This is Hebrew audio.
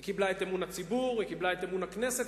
היא קיבלה את אמון הציבור והיא קיבלה את אמון הכנסת,